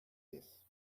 this